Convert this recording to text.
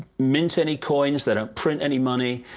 mint any coins, they don't print any money,